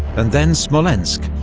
and then smolensk,